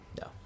no